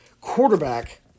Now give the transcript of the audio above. quarterback